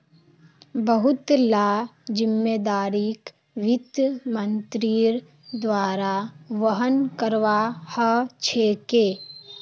बहुत ला जिम्मेदारिक वित्त मन्त्रीर द्वारा वहन करवा ह छेके